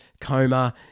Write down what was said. coma